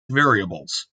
variables